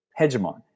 hegemon